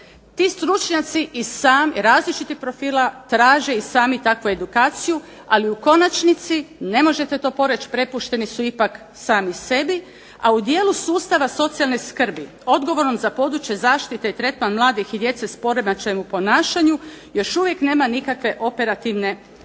Ti stručnjaci i sami, različitih profila, traže i sami takvu edukaciju, ali u konačnici, ne možete to poreći, prepušteni su ipak sami sebi. A u dijelu sustava socijalne skrbi odgovoran za područje zaštite i tretman mladih i djece s poremećajem u ponašanju još uvijek nema nikakve operativne strategije.